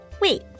wait